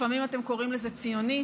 לפעמים אתם קוראים לזה ציונית,